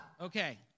Okay